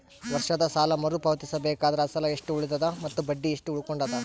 ವರ್ಷದ ಸಾಲಾ ಮರು ಪಾವತಿಸಬೇಕಾದರ ಅಸಲ ಎಷ್ಟ ಉಳದದ ಮತ್ತ ಬಡ್ಡಿ ಎಷ್ಟ ಉಳಕೊಂಡದ?